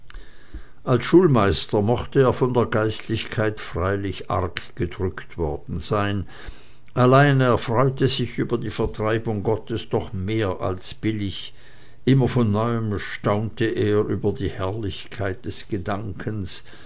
als schulmeister mochte er von der geistlichkeit freilich arg gedrückt worden sein allein er freute sich über die vertreibung gottes doch mehr als billig immer von neuem erstaunte er über die herrlichkeit des gedankens